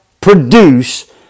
produce